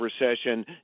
recession